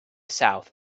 south